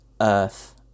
Earth